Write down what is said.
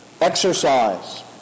exercise